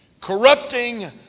Corrupting